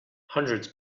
hundreds